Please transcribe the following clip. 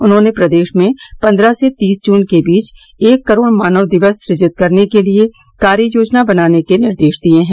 उन्होंने प्रदेश में पंद्रह से तीस जून के बीच एक करोड़ मानव दिवस सुजित करने के लिए कार्य योजना बनाने के निर्देश दिए हैं